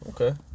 Okay